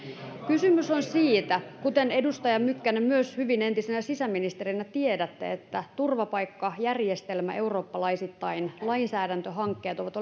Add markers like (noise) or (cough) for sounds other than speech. kysymys on siitä kuten edustaja mykkänen myös hyvin entisenä sisäministerinä tiedätte että turvapaikkajärjestelmä eurooppalaisittain ja lainsäädäntöhankkeet ovat (unintelligible)